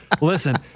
Listen